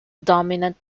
dominant